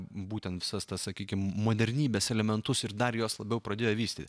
būtent visas tas sakykim modernybės elementus ir dar juos labiau pradėjo vystyt